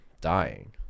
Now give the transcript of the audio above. dying